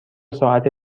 ساعت